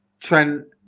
Trent